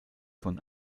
von